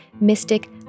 mystic